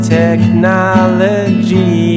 technology